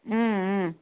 ಹ್ಞೂ ಹ್ಞೂ